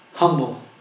humble